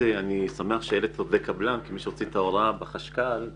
אני שמח שהעלית עובדי קבלן כי מי שהוציא את ההוראה בחשב הכללי